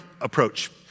approach